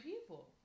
people